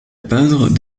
peindre